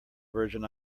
virgin